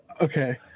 okay